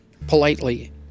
politely